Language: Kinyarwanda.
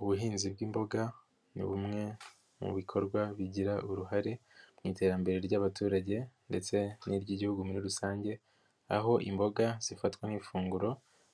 Ubuhinzi bw'imboga ni bumwe mu bikorwa bigira uruhare mu iterambere ry'abaturage ndetse n'iry'Igihugu muri rusange, aho imboga zifatwa nk'ifunguro,